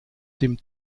dem